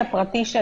בביתם הפרטי.